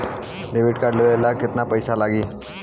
Debit card लेवे ला केतना पईसा लागी?